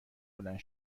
بلند